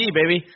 baby